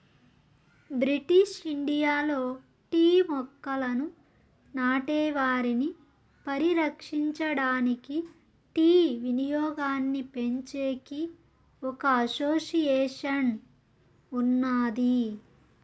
British ఇండియాలో tea మొక్కలను నాటే వారిని పరిరక్షించడానికి, టీ వినియోగాన్నిపెంచేకి ఒక అసోసియేషన్ ఉన్నాది